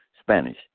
Spanish